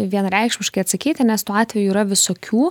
vienareikšmiškai atsakyti nes tų atvejų yra visokių